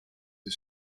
the